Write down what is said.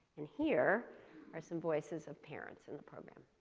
and here are some voices of parents in program.